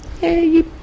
Hey